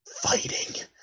fighting